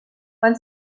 van